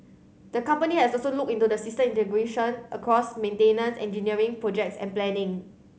the company has also looked into system integration across maintenance engineering projects and planning